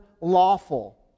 lawful